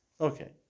Okay